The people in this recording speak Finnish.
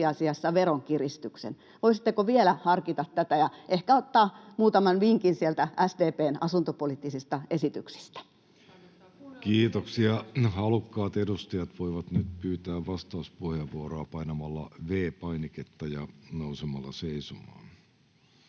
tosiasiassa veronkiristys? Voisitteko vielä harkita tätä ja ehkä ottaa muutaman vinkin sieltä SDP:n asuntopoliittisista esityksistä? Kiitoksia. — Halukkaat edustajat voivat nyt pyytää vastauspuheenvuoroa painamalla V-painiketta ja nousemalla seisomaan.